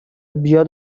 بیاد